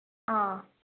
ꯑꯥ